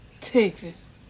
Texas